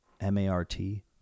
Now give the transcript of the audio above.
M-A-R-T